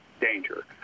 danger